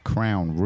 Crown